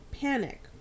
panic